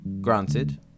granted